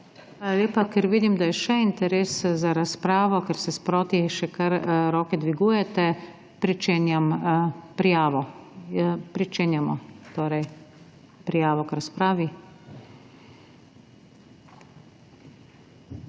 lepa. Ker vidim, da je še interes za razpravo, ker se sproti še kar roke dvigujete pričenjam prijavo. Pričenjam prijavo k razpravi!